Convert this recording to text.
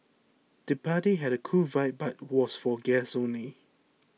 the party had a cool vibe but was for guests only